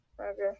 okay